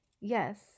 yes